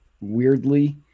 weirdly